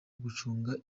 gucunga